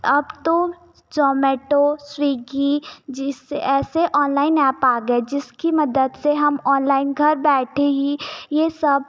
अब तो ज़ोमेटो स्वीगी जिससे ऐसे ऑनलाइन एप आ गए जिसकी मदद से हम ऑनलाइन घर बैठे ही यह सब